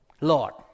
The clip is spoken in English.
Lord